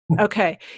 Okay